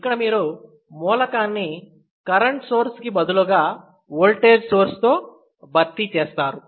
ఇక్కడ మీరు మూలకాన్ని కరెంట్ సోర్స్ కి బదులుగా ఓల్టేజ్ సోర్స్ తో భర్తీ చేస్తారు